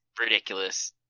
ridiculous